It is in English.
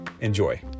enjoy